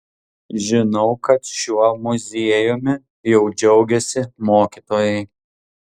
žinau kad šiuo muziejumi jau džiaugiasi mokytojai